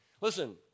Listen